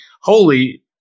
holy